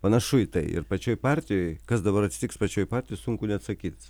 panašu į tai ir pačioj partijoj kas dabar atsitiks pačioj partijoj sunku net sakyt